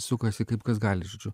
sukasi kaip kas gali žodžiu